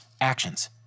Actions